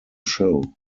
show